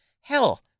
hell